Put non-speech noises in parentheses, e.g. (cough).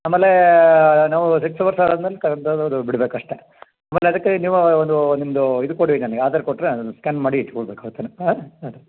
ಆಮೇಲೆ ನಾವು six hours ಆದ್ನಂತರ (unintelligible) ಬಿಡ್ಬೇಕು ಅಷ್ಟೆ ಆಮೇಲೆ ಅದಕ್ಕೆ ನೀವು ಒಂದು ನಿಮ್ಮದು ಇದು ಕೊಡಿ ನನ್ಗ ಆಧಾರ್ ಕೊಟ್ಟರೆ ನಾನು ಸ್ಕ್ಯಾನ್ ಮಾಡಿ ಇಟ್ಕೊಳ್ಬೇಕಾಗತ್ತೇನು ಹಾಂ ಹಾಂ